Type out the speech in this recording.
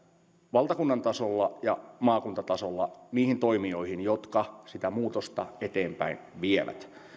valtakunnan tasolla ja maakuntatasolla niihin toimijoihin jotka sitä muutosta eteenpäin vievät